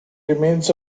remains